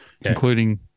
including –